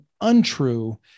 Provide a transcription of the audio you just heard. untrue